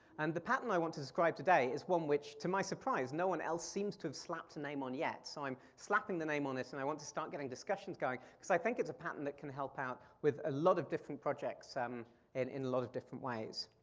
and the pattern i want to describe today is one which, to my surprise, no one else seems to have slapped a name on yet, so i'm slapping the name on it and i want to start getting discussions going cause i think it's a pattern that can help out with a lot of different projects um and in a lot of different ways.